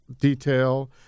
detail